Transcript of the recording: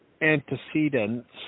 antecedents